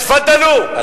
תפאדלו,